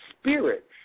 spirit